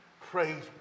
Praise